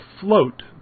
float